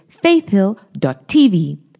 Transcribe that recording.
faithhill.tv